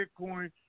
Bitcoin